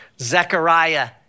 Zechariah